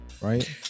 Right